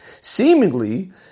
Seemingly